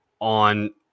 on